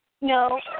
No